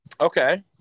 Okay